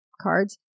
Cards